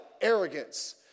arrogance